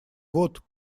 вот